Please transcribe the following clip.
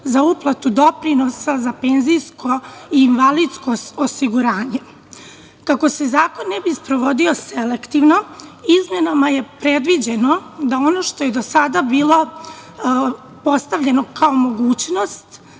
za uplatu doprinosa za penzijsko i invalidsko osiguranje. Kako se zakon ne bi sprovodio selektivno, izmenama je predviđeno da ono što je do sada bilo postavljeno kao mogućnost,